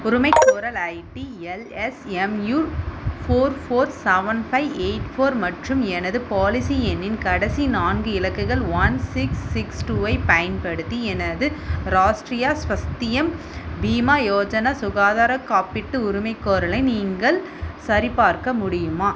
உரிமைகோரல் ID L S M U four four seven five eight four மற்றும் எனது policy எண்ணின் கடைசி நான்கு இலக்குகள் ஒன் சிக்ஸ் சிக்ஸ் டூவைப் பயன்படுத்தி எனது ராஷ்ட்ரியா ஸ்வஸ்தியம் பீமா யோஜனா சுகாதார காப்பீட்டு உரிமைகோரலை நீங்கள் சரிபார்க்க முடியுமா